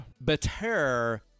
Better